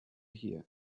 here